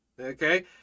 Okay